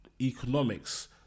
economics